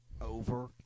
over